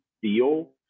feel